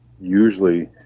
usually